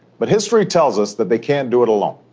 but history tells us that they can't do it alone.